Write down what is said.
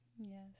Yes